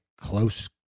close